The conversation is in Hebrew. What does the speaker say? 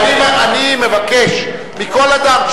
אני מבקש מכל אדם,